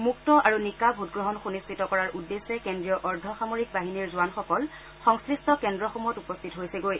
মুক্ত আৰু নিকা ভোটগ্ৰহণ সুনিশ্চিত কৰাৰ উদ্দেশ্যে কেন্দ্ৰীয় অৰ্ধ সামৰিক বাহিনীৰ জোৱানসকল সংগ্লিট কেন্দ্ৰসমূহত উপস্থিত হৈছে গৈ